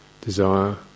desire